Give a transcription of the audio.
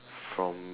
from